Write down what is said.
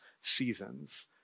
seasons